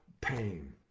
pain